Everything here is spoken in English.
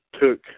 took